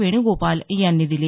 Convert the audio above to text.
वेणूगोपाल यांनी दिली